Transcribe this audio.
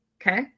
okay